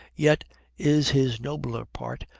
yet is his nobler part,